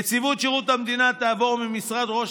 נציבות שירות המדינה תעבור ממשרד ראש